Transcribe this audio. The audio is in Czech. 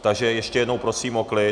Takže ještě jednou prosím o klid.